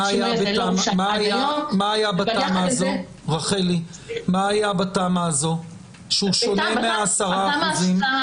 מה היה בתמ"א הזו שהוא שונה מה-10%?